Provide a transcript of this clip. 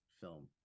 film